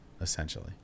essentially